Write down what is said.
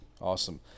Awesome